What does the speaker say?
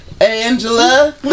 Angela